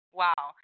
wow